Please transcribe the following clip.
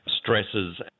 stresses